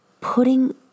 putting